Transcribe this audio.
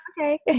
okay